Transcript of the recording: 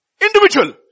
Individual